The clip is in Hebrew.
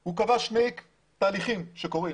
הוא קבע שני תהליכים שקורים